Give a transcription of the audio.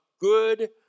Good